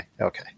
okay